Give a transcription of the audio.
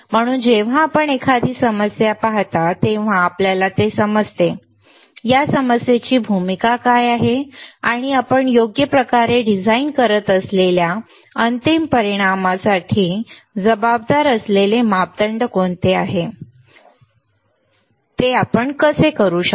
म्हणून जेव्हा आपण एखादी समस्या पाहता तेव्हा आपल्याला ते समजते या समस्येची भूमिका काय आहे आणि आपण योग्य प्रकारे डिझाइन करत असलेल्या अंतिम परिणामासाठी जबाबदार असलेले मापदंड कोणते आहेत ते आपण कसे करू शकता